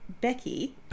Becky